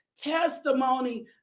testimony